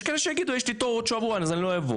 יש כאלה שיגידו: יש לי תור עוד שבוע לא אבוא.